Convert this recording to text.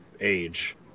age